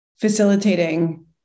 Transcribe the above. facilitating